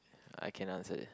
I can answer it